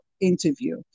interview